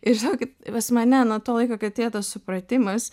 ir žinokit pas mane nuo to laiko kai atėjo tas supratimas